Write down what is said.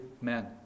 men